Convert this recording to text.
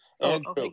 Andrew